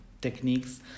techniques